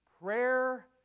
Prayer